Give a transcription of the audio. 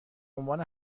عنوان